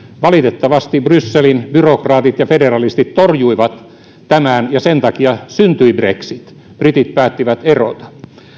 valitettavasti brysselin byrokraatit ja federalistit torjuivat tämän ja sen takia syntyi brexit britit päättivät erota